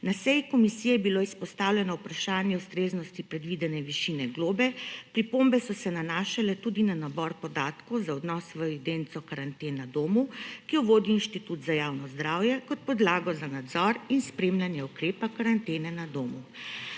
Na seji komisije je bilo izpostavljeno vprašanje ustreznosti predvidene višine globe. Pripombe so se nanašale tudi na nabor podatkov za odnos v evidenco karanten na domu, ki jo vodi Inštitut za javno zdravje kot podlago za nadzor in spremljanje ukrepa karantene na domu.